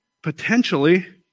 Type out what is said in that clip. Potentially